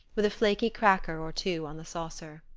with a flaky cracker or two on the saucer.